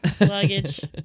Luggage